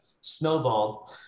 snowballed